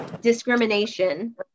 discrimination